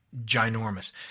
ginormous